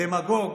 הדמגוג,